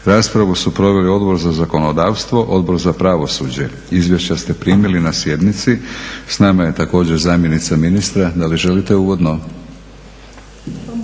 raspravu su proveli Odbor za zakonodavstvo, Odbor za pravosuđe. Izvješća ste primili na sjednici. S nama je također zamjenica ministra, da li želite uvodno?